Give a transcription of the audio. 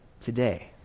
today